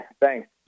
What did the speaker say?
thanks